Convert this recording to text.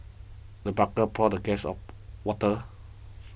the butler poured the guest of water